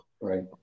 right